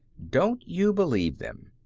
don't you believe them.